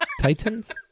Titans